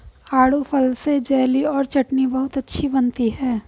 आड़ू फल से जेली और चटनी बहुत अच्छी बनती है